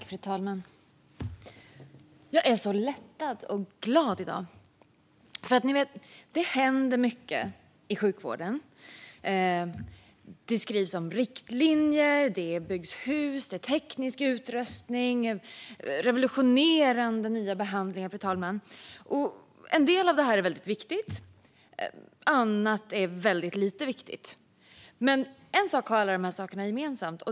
Fru talman! Jag är så lättad och glad i dag! Det händer mycket i sjukvården. Det skrivs om riktlinjer, och det byggs hus. Det är teknisk utrustning och revolutionerande nya behandlingar, fru talman. En del av detta är väldigt viktigt, och annat är väldigt lite viktigt. En sak har alla dessa saker gemensamt.